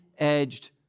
edged